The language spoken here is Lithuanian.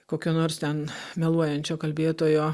kokio nors ten meluojančio kalbėtojo